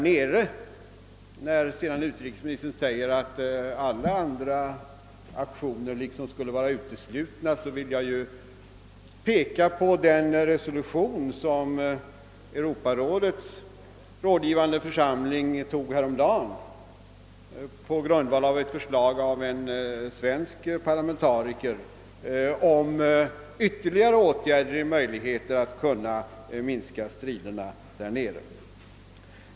Men när utrikesministern säger att alla andra aktioner skulle vara uteslutna vill jag peka på den resolution som Europarådets rådgivande församling antog häromdagen på grundval av ett förslag av en svensk parlamentariker om åtgärder för att begränsa striderna i Biafra.